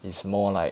is more like